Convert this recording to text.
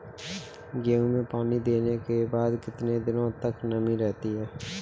गेहूँ में पानी देने के बाद कितने दिनो तक नमी रहती है?